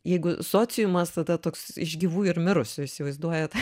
jeigu sociumas tada toks iš gyvų ir mirusių įsivaizduojat